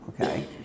okay